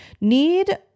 need